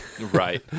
right